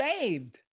saved